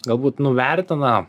galbūt nuvertina